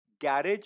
garage